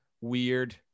weird